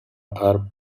are